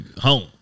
Home